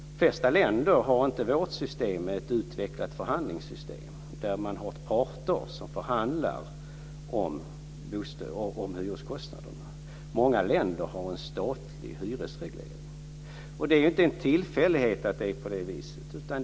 De flesta länder har inte som vi ett utvecklat förhandlingssystem, där man har parter som förhandlar om hyreskostnaderna. Många länder har en statlig hyresreglering. Det är inte en tillfällighet att det är på det viset.